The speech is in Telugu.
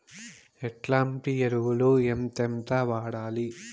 ఎట్లాంటి ఎరువులు ఎంతెంత వాడాలి?